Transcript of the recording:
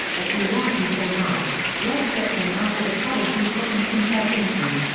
but we love him so much, let's get him out of the trouble he's gotten himself into'.